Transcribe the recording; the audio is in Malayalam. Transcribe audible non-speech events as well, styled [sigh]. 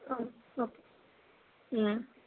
[unintelligible] ഉം